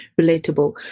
relatable